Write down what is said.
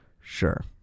sure